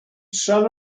some